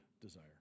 desire